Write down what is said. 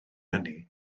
hynny